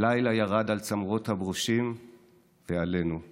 לילה ירד על צמרות הברושים ועלינו /